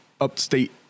upstate